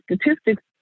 statistics